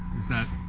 is that